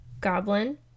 Goblin